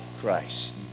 Christ